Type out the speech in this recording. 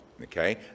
okay